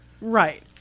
Right